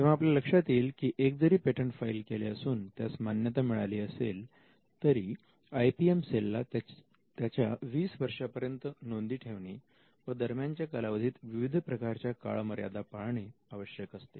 तेव्हा आपल्या लक्षात येईल की एक जरी पेटंट फाईल केले असून त्यास मान्यता मिळाली असेल तरी आय पी एम सेल ला त्याच्या वीस वर्षांपर्यंत नोंदी ठेवणे व दरम्यानच्या कालावधीत विविध प्रकारच्या काळ मर्यादा पाळणे आवश्यक असते